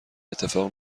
اتفاق